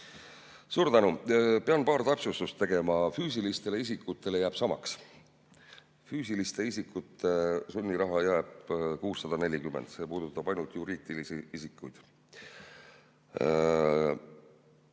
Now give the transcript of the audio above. Suur tänu! Pean paar täpsustust tegema. Füüsilistel isikutel jääb [ülemmäär] samaks. Füüsiliste isikute sunnirahaks jääb 640. See puudutab ainult juriidilisi isikuid.